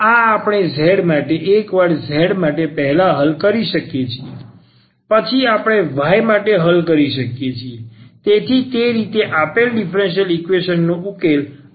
આ આપણે z માટે એકવાર z માટે પહેલા હલ કરી શકીએ છીએ પછી આપણે y માટે હલ કરી શકીએ છીએ તેથી તે રીતે આપેલ ડિફરન્સલ ઇક્વેશનનો ઉકેલ y મેળવી શકીશું